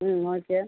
ம் ஓகே